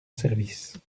service